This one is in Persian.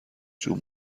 جون